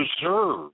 deserve